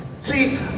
See